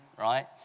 right